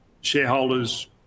shareholders